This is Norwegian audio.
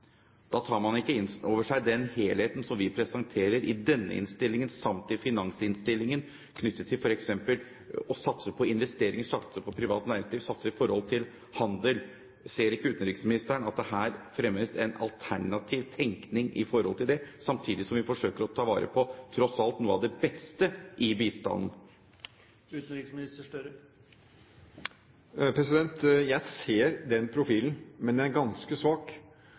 Da tar man ikke inn over seg den helheten som vi presenterer i denne innstillingen samt i finansinnstillingen knyttet til f.eks. det å satse på investeringer, satse på privat næringsliv og satse på handel. Ser ikke utenriksministeren at det her fremmes en alternativ tenkning i forhold til det, samtidig som vi forsøker å ta vare på tross alt noe av det beste i bistanden? Jeg ser den profilen, men den er ganske svak.